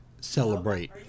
celebrate